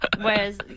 Whereas